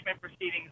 proceedings